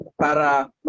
para